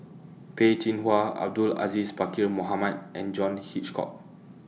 Peh Chin Hua Abdul Aziz Pakkeer Mohamed and John Hitchcock